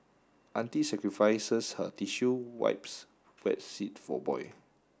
auntie sacrifices her tissue wipes wet seat for boy